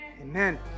Amen